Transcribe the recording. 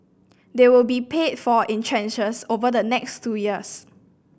they will be paid for in tranches over the next two years